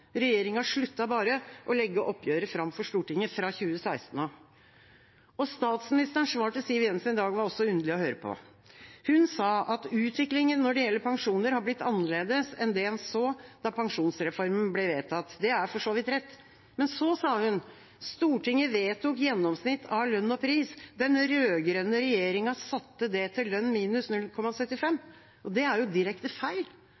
Regjeringa sluttet bare å legge oppgjøret fram for Stortinget fra 2016 av. Statsministerens svar til Siv Jensen i dag var også underlig å høre på. Hun sa at utviklingen når det gjelder pensjoner, har blitt annerledes enn det en så da pensjonsreformen ble vedtatt. Det er for så vidt rett. Men så sa hun: Stortinget vedtok gjennomsnitt av lønn og pris – den rød-grønne regjeringa satte det til lønn minus 0,75. Det er direkte feil.